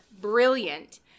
brilliant